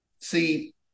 see